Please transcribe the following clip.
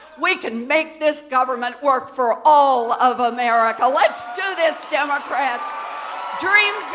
we can make this government work for all of america. let's do this, democrats dream